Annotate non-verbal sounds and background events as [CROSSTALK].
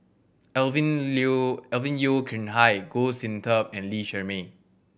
Alvin [UNINTELLIGIBLE] Alvin Yeo Khirn Hai Goh Sin Tub and Lee Shermay